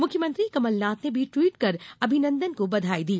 मुख्यमंत्री कमल नाथ ने भी ट्वीट कर अभिनंदन को बधाई दी